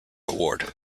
award